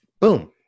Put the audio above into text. Boom